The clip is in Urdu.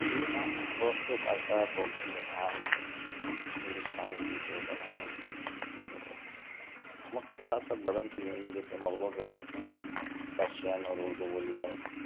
جی ہاں وقت کے ساتھ ساتھ اردو زبان ہندوستان کی جو زبانیں تھیں وہ وقت کے ساتھ ساتھ بدلتی گئیں جیسے مغلوں کے دور میں پرشین اور اردو بولی جاتی تھی